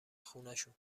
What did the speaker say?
خونشون